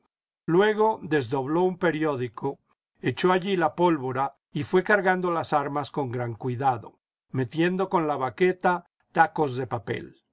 luego desdobló un periódico echó allí la pólvora y fué cargando las armas con gran cuidado metiendo con la baqueta tacos de papel